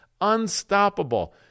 unstoppable